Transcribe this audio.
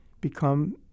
become